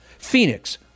Phoenix